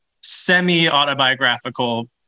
semi-autobiographical